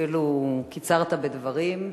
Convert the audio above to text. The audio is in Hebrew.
אפילו קיצרת בדברים,